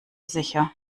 sicher